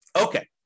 Okay